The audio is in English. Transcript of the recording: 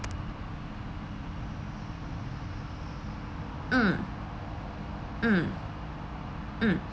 mm mm mm